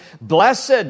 Blessed